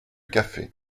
café